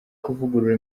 kuvugurura